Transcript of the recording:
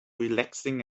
relaxing